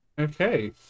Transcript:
Okay